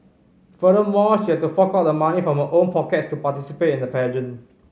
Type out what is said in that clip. furthermore she had to fork out the money from her own pockets to participate in the pageant